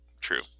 true